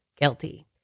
guilty